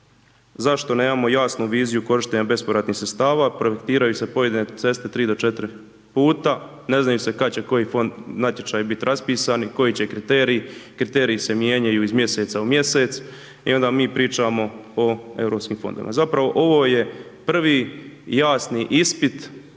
zašto nemamo jasnu viziju korištenja bespovratnih sredstava, projektiraju se pojedine ceste tri do četiri puta, ne zna im se kad će koji fond, natječaji biti raspisani, koji će kriteriji, kriteriji se mijenjaju iz mjeseca u mjesec i onda mi pričamo o Europskim fondovima. Zapravo, ovo je prvi jasni ispit